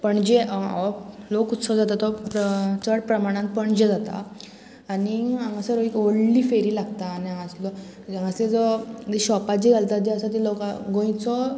पणजे हो लोक उत्सव जाता तो प्र चड प्रमाणान पणजे जाता आनीक हांगासर एक व्हडली फेरी लागता आनी हांगासलो हांगासर जो शॉपां जीं घालतात जे आसा ती लोकां गोंयचो